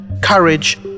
courage